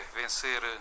vencer